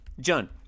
John